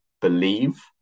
believe